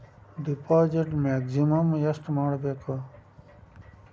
Deposit maximum ಎಷ್ಟು ಮಾಡಬೇಕು?